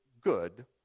good